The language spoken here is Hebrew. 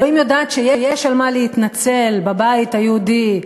אלוהים יודעת שיש על מה להתנצל בבית היהודי,